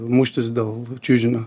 muštis dėl čiužinio